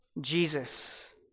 Jesus